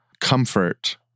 comfort